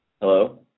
Hello